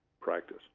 practice